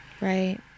Right